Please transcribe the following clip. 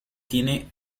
tiene